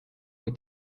kui